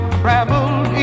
traveled